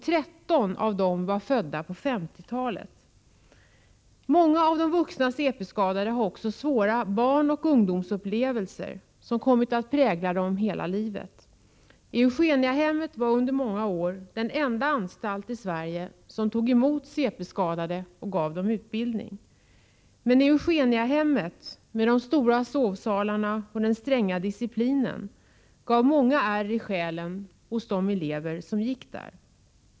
13 av dessa var födda på 1950-talet. Många av de vuxna cp-skadade har också svåra barnoch ungdomsupplevelser, som kommit att prägla dem hela livet. Eugeniahemmet var under många år den enda anstalt i Sverige som tog emot cp-skadade och gav dem utbildning. Men Eugeniahemmet, med dess stora sovsalar och stränga disciplin, gav också många ärr i själen hos de elever som gick där.